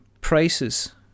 prices